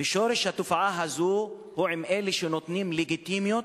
ושורש התופעה הזאת הוא עם אלה שנותנים לגיטימיות,